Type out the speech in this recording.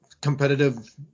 competitive